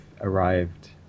arrived